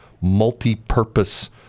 multi-purpose